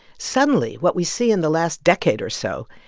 suddenly, what we see in the last decade or so,